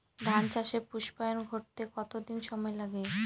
ধান চাষে পুস্পায়ন ঘটতে কতো দিন সময় লাগে?